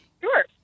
sure